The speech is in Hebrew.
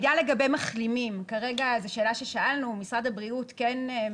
נדגיש שזה שתי